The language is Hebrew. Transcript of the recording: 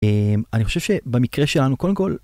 אמ...אני חושב שבמקרה שלנו קודם כל...